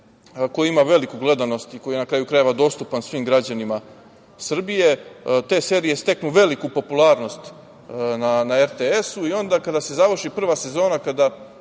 koji ima veliku gledanost i koji je na kraju krajeva dostupan svim građanima Srbije. Te serije steknu veliku popularnost na RTS i onda kada se završi prva sezona, kada